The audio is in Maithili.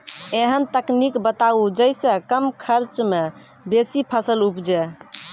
ऐहन तकनीक बताऊ जै सऽ कम खर्च मे बेसी फसल उपजे?